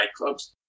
nightclubs